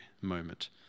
moment